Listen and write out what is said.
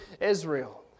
Israel